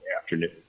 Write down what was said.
afternoon